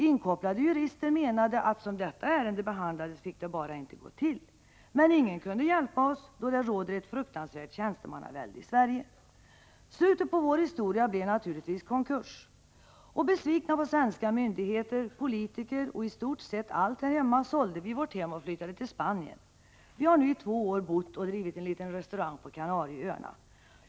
Inkopplade jurister menade att ”som detta ärende behandlades J| fick det bara inte gå till', men ingen kunde hjälpa oss, då det råder ett fruktansvärt tjänstemannavälde i Sverige. Slutet på vår historia blev naturligtvis konkurs. Besvikna på svenska myndigheter, politiker och i stort sett allt här hemma sålde vi vårt hem och flyttade till Spanien. Vi har nu i två år bott och drivit en liten restaurang på Kanarieöarna ———.